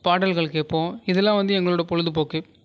பாடல்கள் கேட்போம் இதெலாம் வந்து எங்களோட பொழுதுபோக்கு